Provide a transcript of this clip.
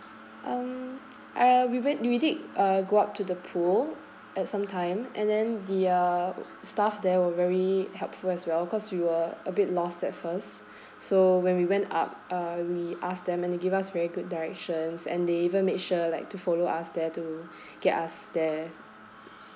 um uh we went we did uh go up to the pool at some time and then the uh staff there were very helpful as well cause we were a bit lost at first so when we went up uh we ask them and they give us very good directions and they even make sure like to follow us there to get us there